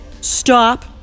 stop